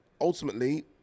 ultimately